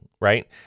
right